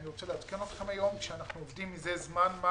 אני רוצה לעדכן אתכם היום שאנחנו עובדים מזה זמן מה